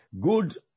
good